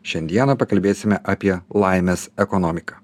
šiandieną pakalbėsime apie laimės ekonomiką